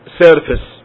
surface